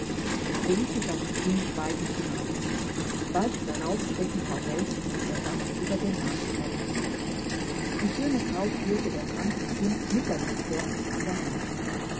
felicitas ging schweigend hinaus bald darauf schritten frau hellwig und ihr gast über den marktplatz die schöne frau führte ihr krankes kind mütterlich zärtlich an der hand